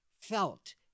felt